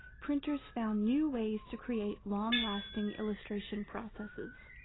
printers found new ways to create long-lasting illustration processes.